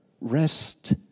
rest